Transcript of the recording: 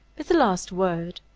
with the last word,